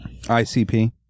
ICP